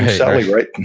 sally, right?